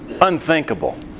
unthinkable